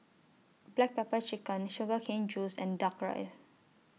Black Pepper Chicken Sugar Cane Juice and Duck Rice